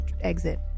exit